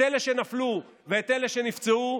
את אלה שנפלו ואת אלה שנפצעו,